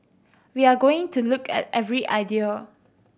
we are going to look at every idea